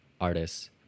artists